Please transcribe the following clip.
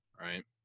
right